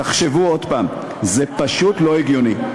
תחשבו עוד פעם, זה פשוט לא הגיוני.